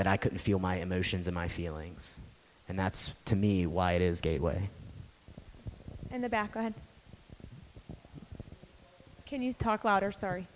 that i could feel my emotions in my feelings and that's to me why it is gateway and the back i can you talk louder sorry